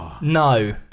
No